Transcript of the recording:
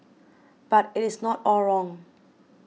but it is not all wrong